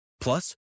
Plus